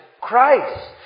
Christ